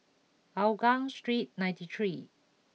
Hougang Street ninety three